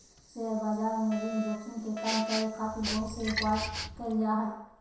share बाजार में ऋण जोखिम के कम करे खातिर बहुत से उपाय करल जा हय